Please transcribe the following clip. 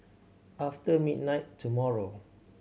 after midnight tomorrow